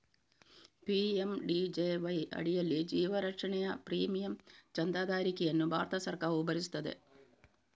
PMJDY ಅಡಿಯಲ್ಲಿ ಜೀವ ರಕ್ಷಣೆಯ ಪ್ರೀಮಿಯಂ ಚಂದಾದಾರಿಕೆಯನ್ನು ಭಾರತ ಸರ್ಕಾರವು ಭರಿಸುತ್ತದೆ